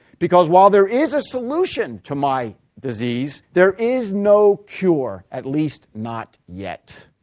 because while there is a solution to my disease, there is no cure, at least not yet.